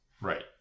right